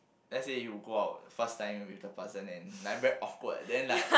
let's say if you go out first time with the person and like very awkward then like